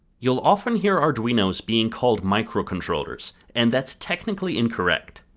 you will often hear arduinos being called microcontrollers, and that's technically incorrect.